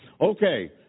Okay